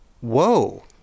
Whoa